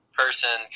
person